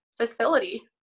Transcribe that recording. facility